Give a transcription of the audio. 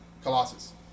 Colossus